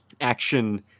action